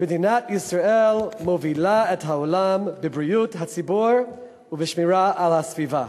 מדינת ישראל מובילה את העולם בבריאות הציבור ובשמירה על הסביבה,